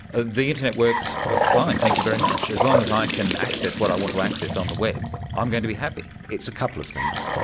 ah the internet works fine, thank you very much. as long as i can access what i want to access on the web, i'm going to be happy. it's a couple of things.